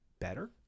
better